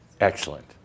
Excellent